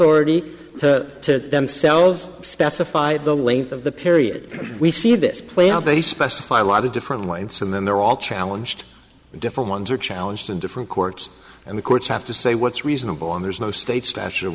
authority to themselves specify the length of the period we see this play out they specify a lot of different weights and then they're all challenged different ones are challenged in different courts and the courts have to say what's reasonable and there's no state statute of